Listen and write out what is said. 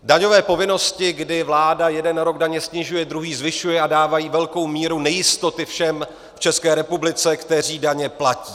Daňové povinnosti, kdy vláda jeden rok daně snižuje, druhý zvyšuje a dává tím velkou míru nejistoty všem v České republice, kteří daně platí.